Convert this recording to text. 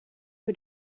who